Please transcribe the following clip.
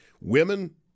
Women